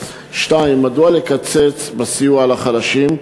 2. מדוע לקצץ בסיוע לחלשים?